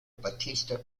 battista